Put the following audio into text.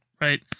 right